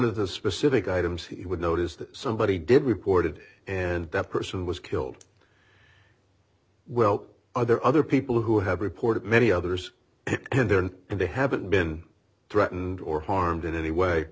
of the specific items he would notice that somebody did reported and that person was killed well are there other people who have reported many others in there and they haven't been threatened or harmed in any way